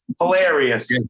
Hilarious